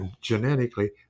genetically